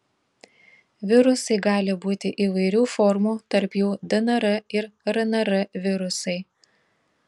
virusai gali būti įvairių formų tarp jų dnr ir rnr virusai